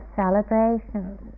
celebrations